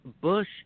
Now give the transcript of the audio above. Bush